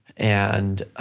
and